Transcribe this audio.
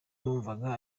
numvaga